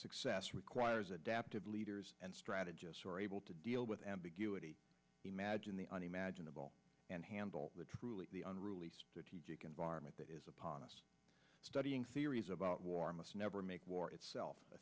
success requires adaptive leaders and strategists are able to deal with ambiguity imagine the unimaginable and handle a truly unruly environment that is upon us studying theories about war must never make war itself